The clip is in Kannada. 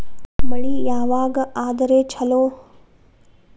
ಮಳಿ ಯಾವಾಗ ಆದರೆ ಛಲೋ?